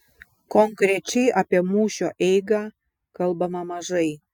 konkrečiai apie mūšio eigą kalbama mažai